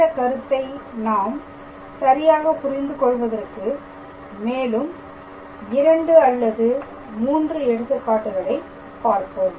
இந்தக் கருத்தை நாம் சரியாக புரிந்து கொள்வதற்கு மேலும் 2 அல்லது 3 எடுத்துக்காட்டுகளைப் பார்ப்போம்